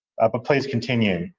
but please, continue.